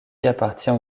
appartient